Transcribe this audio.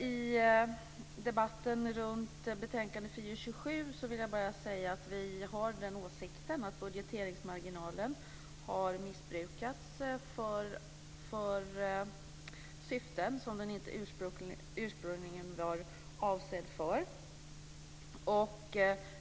I debatten runt betänkande FiU27 vill jag bara säga att vi har åsikten att budgeteringsmarginalen har missbrukats för syften som den inte ursprungligen var avsedd för.